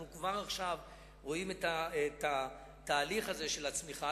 אנחנו כבר עכשיו רואים את התהליך הזה של הצמיחה.